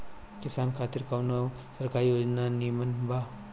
किसान खातिर कवन सरकारी योजना नीमन बा?